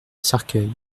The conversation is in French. cercueil